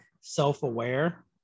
self-aware